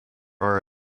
are